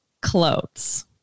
clothes